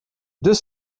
deux